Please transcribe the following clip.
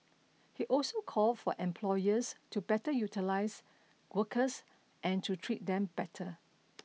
he also called for employers to better utilise workers and to treat them better